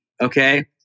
Okay